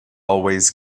always